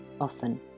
often